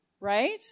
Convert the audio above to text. right